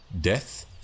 death